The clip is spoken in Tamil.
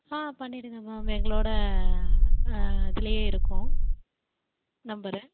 ஹா பண்ணிடுங்கள் மேம் எங்களோடய இதுலேயே இருக்கும் நம்பரு